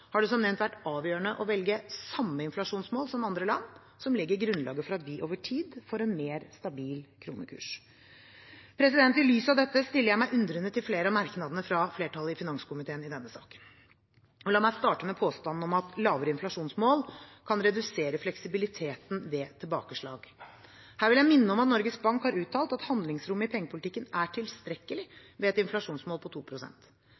har det som nevnt vært avgjørende å velge samme inflasjonsmål som andre land, som legger grunnlaget for at vi over tid får en mer stabil kronekurs. I lys av dette stiller jeg meg undrende til flere av merknadene fra flertallet i finanskomiteen i denne saken. La meg starte med påstanden om at lavere inflasjonsmål kan redusere fleksibiliteten ved tilbakeslag. Her vil jeg minne om at Norges Bank har uttalt at handlingsrommet i pengepolitikken er tilstrekkelig ved et inflasjonsmål på